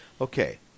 Okay